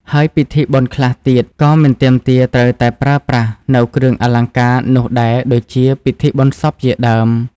ហើ់យពិធីបុណ្យខ្លះទៀតក៏មិនទាមទារត្រូវតែប្រើប្រាស់នូវគ្រឿងអលង្ការនោះដែរដូចជា ពិធីបុណ្យសព្វជាដើម។